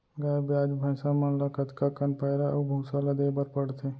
गाय ब्याज भैसा मन ल कतका कन पैरा अऊ भूसा ल देये बर पढ़थे?